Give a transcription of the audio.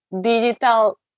digital